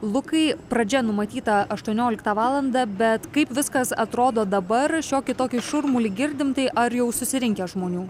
lukai pradžia numatyta aštuonioliktą valandą bet kaip viskas atrodo dabar šiokį tokį šurmulį girdim tai ar jau susirinkę žmonių